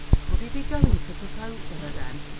could he be going to propose to her, then?